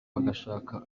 bagashaka